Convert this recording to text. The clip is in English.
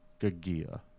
Gagia